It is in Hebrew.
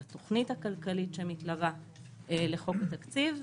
את התוכנית הכלכלית שמתלווה לחוק התקציב,